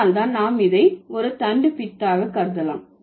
அதனால் தான் நாம் இதை ஒரு தண்டுப்பித்தாகக் கருதலாம்